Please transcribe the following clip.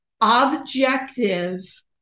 objective